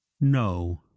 no